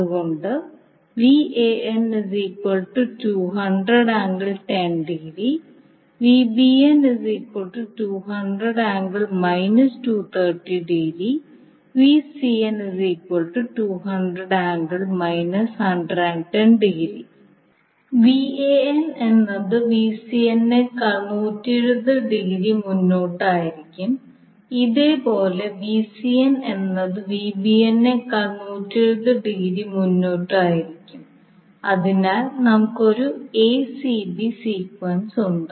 അതുകൊണ്ട് എന്നത് നേക്കാൾ 120 ഡിഗ്രി മുന്നോട്ട് ആയിരിക്കും ഇതേപോലെ എന്നത് നേക്കാൾ 120 ഡിഗ്രി മുന്നോട്ട് ആയിരിക്കും അതിനാൽ നമുക്ക് ഒരു acb സീക്വൻസ് ഉണ്ട്